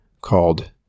called